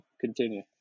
continue